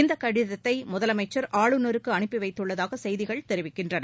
இந்த கடிதத்தை முதலமைச்சா் ஆளுநருக்கு அனுப்பி வைத்துள்ளதாக செய்திகள் தெரிவிக்கின்றன